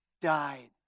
died